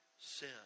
sin